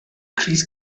crys